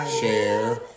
Share